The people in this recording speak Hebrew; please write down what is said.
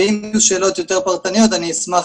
ואם יהיו שאלות יותר פרטניות אני אשמח